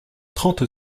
trente